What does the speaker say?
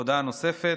הודעה נוספת.